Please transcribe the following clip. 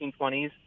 1920s